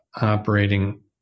operating